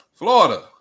Florida